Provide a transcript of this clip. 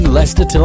Leicester